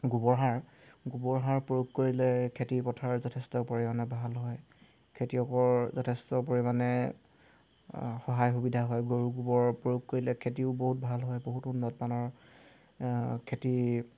গোবৰ সাৰ গোবৰ সাৰ প্ৰয়োগ কৰিলে খেতি পথাৰ যথেষ্ট পৰিমাণে ভাল হয় খেতিয়কৰ যথেষ্ট পৰিমাণে সহায় সুবিধা হয় গৰু গোবৰ প্ৰয়োগ কৰিলে খেতিও বহুত ভাল হয় বহুত উন্নতমানৰ খেতি